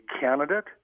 candidate